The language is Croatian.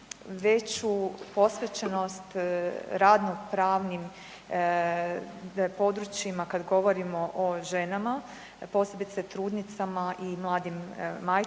veću posvećenost radnopravnim područjima kada govorimo o ženama, posebice trudnicama i mladim majkama